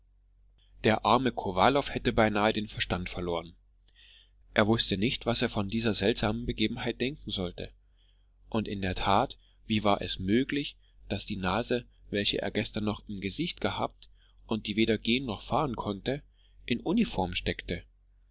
der arme kowalow hätte beinahe den verstand verloren er wußte nicht was er von dieser seltsamen begebenheit denken sollte und in der tat wie war es möglich daß die nase welche er noch gestern im gesicht gehabt und die weder gehen noch fahren konnte in uniform steckte